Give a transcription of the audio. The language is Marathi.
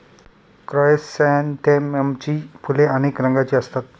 क्रायसॅन्थेममची फुले अनेक रंगांची असतात